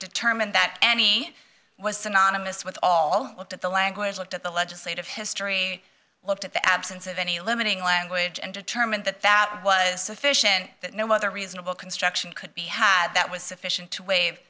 determined that any was synonymous with all looked at the language looked at the legislative history looked at the absence of any limiting language and determined that that was sufficient that no other reasonable construction could be had that was sufficient to waive